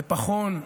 בפחון.